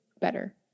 better